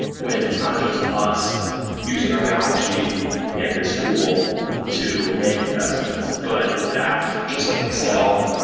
when it's not just us using our balance sheet and this tool to make investments. but in fact, just like excel,